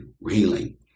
Reeling